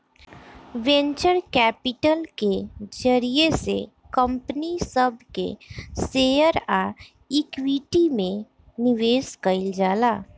venture capital के जरिया से कंपनी सब के शेयर आ इक्विटी में निवेश कईल जाला